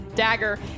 dagger